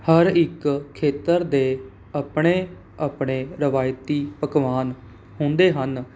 ਹਰ ਇੱਕ ਖੇਤਰ ਦੇ ਆਪਣੇ ਆਪਣੇ ਰਵਾਇਤੀ ਪਕਵਾਨ ਹੁੰਦੇ ਹਨ